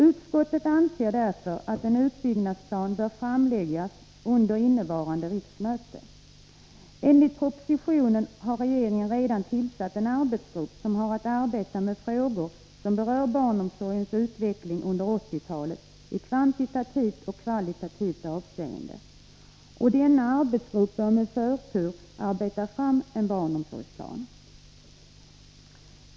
Utskottet anser därför att en utbyggnadsplan bör framläggas under innevarande riksmöte. Enligt propositionen har regeringen redan tillsatt en arbetsgrupp som har att arbeta med frågor som berör barnomsorgens utveckling under 1980-talet i kvantitativt och kvalitativt avseende. Denna arbetsgrupp bör med förtur arbeta fram en barnomsorgsplan.